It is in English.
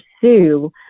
pursue